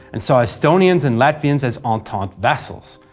and saw estonians and latvians as entente vassals,